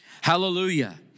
Hallelujah